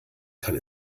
kann